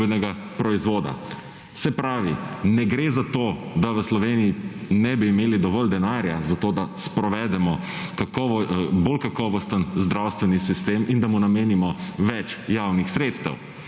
Se pravi ne gre zato, da v Sloveniji ne bi imeli dovolj denarja, zato da sprovedemo bolj kakovosten zdravstveni sistem in da mu namenimo več javnih sredstev.